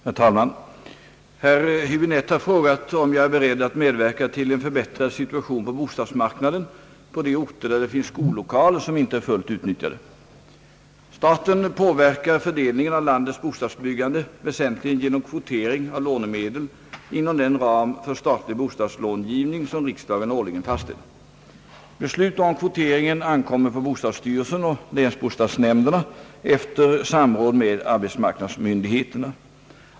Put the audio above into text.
Herr talman! Herr Höäbinette har frågat om jag är beredd att medverka till en förbättrad situation på bostadsmarknaden på de orter där det finns skollokaler som inte är fullt utnyttjade. Staten påverkar fördelningen av landets bostadsbyggande väsentligen genom kvotering av lånemedel inom den ram för statlig bostadslångivning som riksdagen årligen fastställer. Beslut om kvoteringen ankommer på bostadsstyrelsen och länsbostadsnämnderna efter samråd med arbetsmarknadsmyndigheterna.